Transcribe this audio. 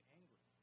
angry